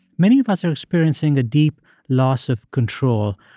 many of us are experiencing a deep loss of control.